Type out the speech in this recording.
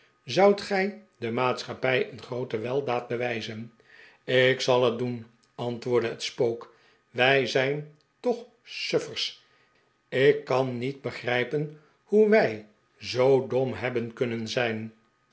zoudt gij de maatschappij een groote weldaad bewijzen ik zal het doen antwoordde het spook wij zijn toch suffers ik kan niet beprijpen hoe wij zoo dom hebben kunnen zijn